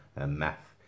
math